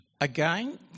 again